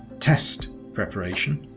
test preparation